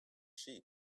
sheep